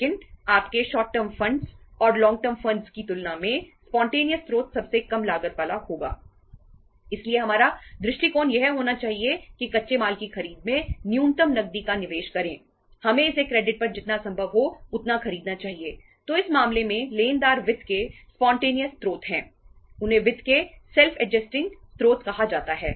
लेकिन आपके short term funds स्रोत कहा जाता है